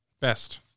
Best